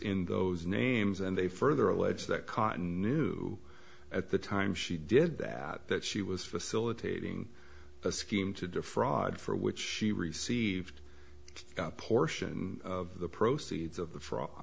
in those names and they further allege that cotton knew at the time she did that that she was facilitating a scheme to defraud for which she received a portion of the proceeds of the fraud